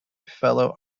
fellow